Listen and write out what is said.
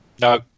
no